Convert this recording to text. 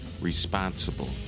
responsible